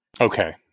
okay